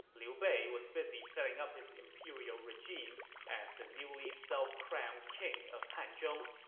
liu bei was busy setting up his imperial regime as the newly self-crowned king of hanzhong.